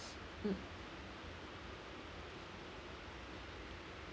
mm